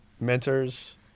mentors